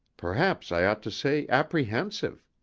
perhaps i ought to say apprehensive.